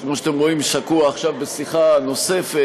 שכמו שאתם רואים שקוע עכשיו בשיחה נוספת,